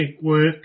work